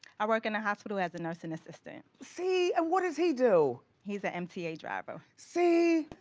i work in a hospital as a nursing assistant. see, and what does he do? he's a mta driver. see?